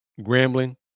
Grambling